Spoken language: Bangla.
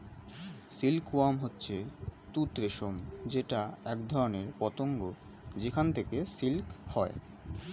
সিল্ক ওয়ার্ম হচ্ছে তুত রেশম যেটা একধরনের পতঙ্গ যেখান থেকে সিল্ক হয়